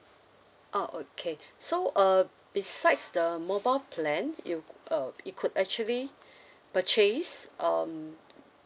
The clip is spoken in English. oh okay so uh besides the mobile plan you uh you could actually purchase um